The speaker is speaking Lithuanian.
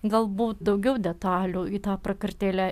galbūt daugiau detalių į tą prakartėlę